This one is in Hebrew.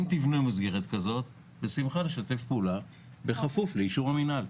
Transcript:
אם תבנו מסגרת כזו נשתף פעולה בשמחה בכיפוף לאישור המנהל.